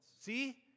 see